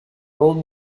old